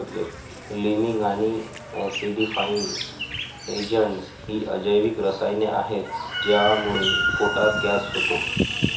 liming आणि acidifying agents ही अजैविक रसायने आहेत ज्यामुळे पोटात गॅस होतो